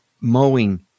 mowing